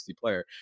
player